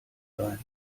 sein